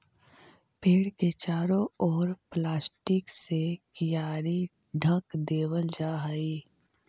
पेड़ के चारों ओर प्लास्टिक से कियारी ढँक देवल जा हई